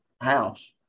house